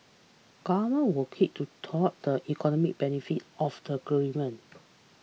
governments were kick to tout the economic benefits of the agreement